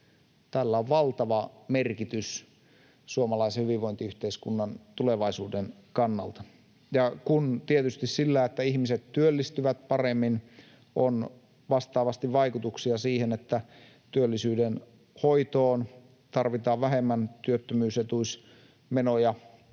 Tällä on valtava merkitys suomalaisen hyvinvointiyhteiskunnan tulevaisuuden kannalta. Kun tietysti sillä, että ihmiset työllistyvät paremmin, on vastaavasti vaikutuksia siihen, että työllisyyden hoitoon tarvitaan vähemmän työttömyysetuusmenoja